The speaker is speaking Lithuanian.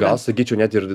gal sakyčiau net ir